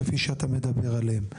כפי שאתה מדבר עליהם.